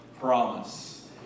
promise